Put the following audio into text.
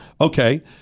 Okay